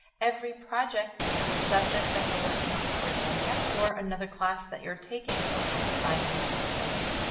every project is a subject that you're working on for the mcat or another class that you're taking alongside and mcat studying.